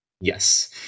Yes